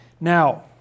Now